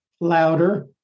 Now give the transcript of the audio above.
louder